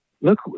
look